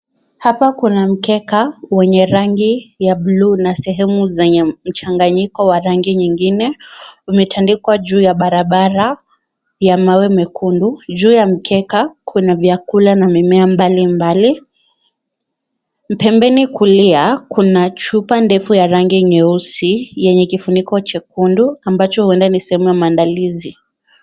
Hapa kuna mkeka wenye rangi ya buluu na sehemu zenye mchanganyiko wa rangi nyingine, umetandikwa juu ya barabara ya mawe mekundu. Juu ya mkeka kuna vyakula na mimea mbali mbali. Pembeni kulia kuna chupa ndefu ya rangi nyeusi yenye kifuniko chekundu ambacho uenda ni sehemu ya maandalizi.